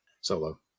Solo